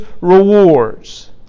rewards